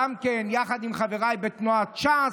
יחד עם חבריי בתנועת ש"ס,